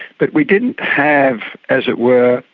but we didn't have, as it were,